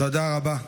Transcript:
תודה רבה.